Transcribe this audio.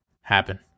happen